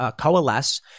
coalesce